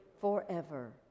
forever